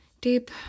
deep